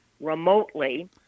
remotely